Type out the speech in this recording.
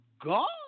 God